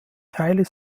teile